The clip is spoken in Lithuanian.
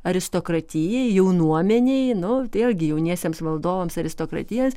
aristokratijai jaunuomenei nu vėlgi jauniesiems valdovams aristokratijos